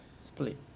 Split